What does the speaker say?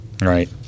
Right